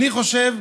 אני חושב,